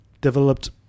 developed